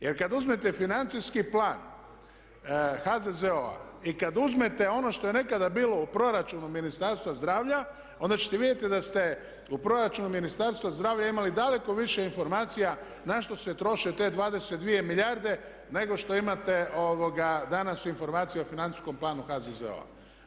Jer kad uzmete financijski plan HZZO-a i kad uzmete ono što je nekada bilo u proračunu Ministarstva zdravlja onda ćete vidjeti da ste u proračunu Ministarstva zdravlja imali daleko više informacija na što se troše te 22 milijarde nego što imate danas informacije o financijskom planu HZZO-a.